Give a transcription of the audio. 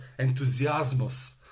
Enthusiasmos